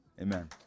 Amen